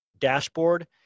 dashboard